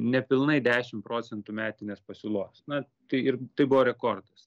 nepilnai dešim procentų metinės pasiūlos na tai ir tai buvo rekordas